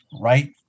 right